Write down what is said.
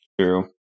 True